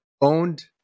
owned